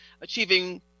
achieving